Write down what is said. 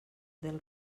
del